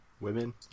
Women